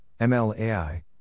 MLAI